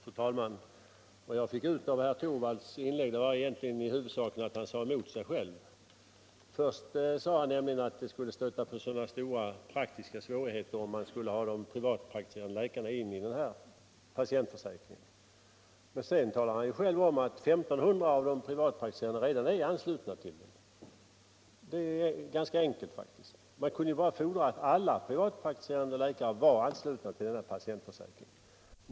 Fru talman! Vad jag fick ut av herr Torwalds inlägg var i huvudsak att han sade emot sig själv. Först sade han nämligen att det skulle stöta på stora praktiska svårigheter att få de privatpraktiserande läkarna att ansluta sig till patientförsäkringen, men sedan sade han att 1 500 privatpraktiserande läkare redan var anslutna till den. Frågan är faktiskt ganska enkel. Man kunde ju helt enkelt fordra att alla privatpraktiserande läkare anslöt sig till patientförsäkringen.